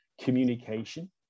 communication